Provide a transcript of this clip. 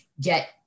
get